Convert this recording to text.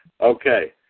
Okay